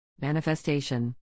Manifestation